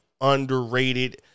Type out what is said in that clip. underrated